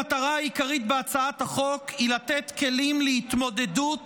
המטרה העיקרית בהצעת החוק היא לתת כלים להתמודדות